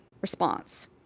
Response